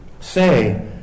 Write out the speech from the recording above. say